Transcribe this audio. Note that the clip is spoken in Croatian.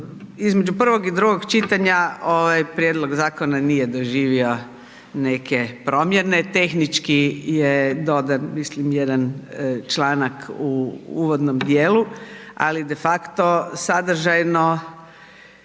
Između prvog i drugog čitanja ovaj prijedlog zakona nije doživio neke promjene, tehnički je dodan mislim jedan članak u uvodnom djelu ali de facto sadržajno